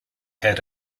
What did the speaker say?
had